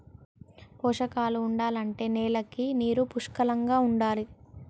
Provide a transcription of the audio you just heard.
పోషకాలు ఉండాలంటే నేలకి నీరు పుష్కలంగా ఉండాలి